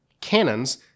cannons